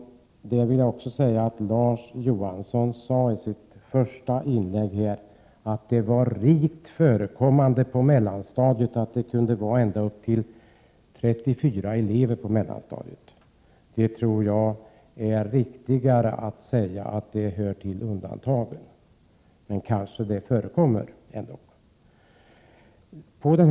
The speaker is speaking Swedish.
Larz Johansson sade i sitt första inlägg att det var vanligt förekommande på mellanstadiet med ända upp till 34 elever i klassen. Jag tror det är riktigare att säga att det hör till undantagen, men det kanske förekommer.